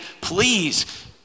please